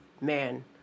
man